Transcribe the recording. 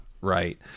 right